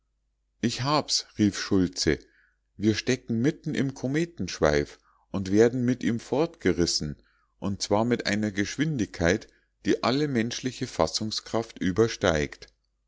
ich hab's rief schultze wir stecken mitten im kometenschweif und werden mit ihm fortgerissen und zwar mit einer geschwindigkeit die alle menschliche fassungskraft übersteigt